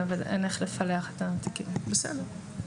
בסדר.